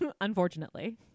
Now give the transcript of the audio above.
Unfortunately